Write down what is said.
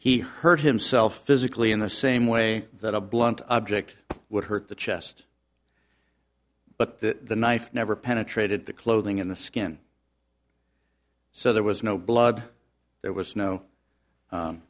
he hurt himself physically in the same way that a blunt object would hurt the chest but the knife never penetrated the clothing in the skin so there was no blood there was no